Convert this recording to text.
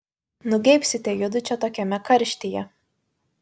nugeibsite judu čia tokiame karštyje